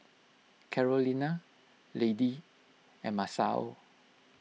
Carolina Lady and Masao